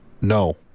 No